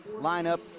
lineup